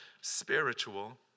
spiritual